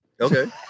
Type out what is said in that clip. Okay